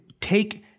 take